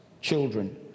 children